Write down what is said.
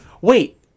Wait